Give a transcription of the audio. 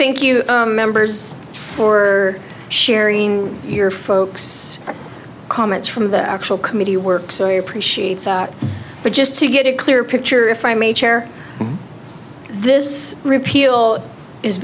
think you members for sharing your folks comments from the actual committee work so i appreciate that but just to get a clear picture if i may chair this repeal is